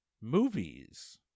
movies